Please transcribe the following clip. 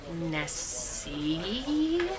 Nessie